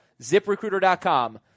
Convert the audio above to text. ziprecruiter.com